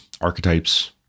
archetypes